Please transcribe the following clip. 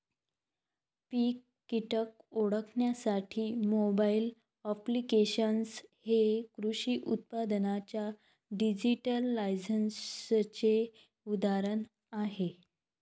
पीक कीटक ओळखण्यासाठी mobile applications हे कृषी उत्पादनांच्या डिजिटलायझेशनचे उदाहरण आहे